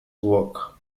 work